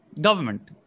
government